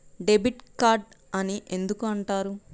Debit card అని ఎందుకు అంటారు?